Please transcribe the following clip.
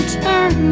turn